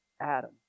Adam